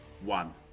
one